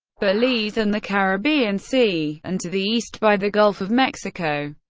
belize, and the caribbean sea and to the east by the gulf of mexico.